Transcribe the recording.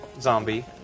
zombie